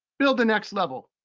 build the next level.